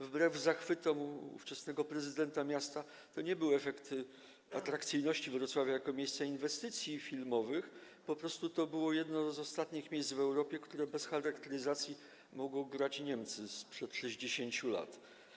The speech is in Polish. Wbrew zachwytom ówczesnego prezydenta miasta to nie był efekt atrakcyjności Wrocławia jako miejsca inwestycji filmowych, po prostu to było jedno z ostatnich miejsc w Europie, które bez charakteryzacji mogło grać Niemcy sprzed 60 lat.